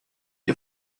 ihr